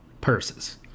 purses